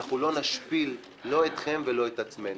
אנחנו לא נשפיל, לא אתכם ולא את עצמנו.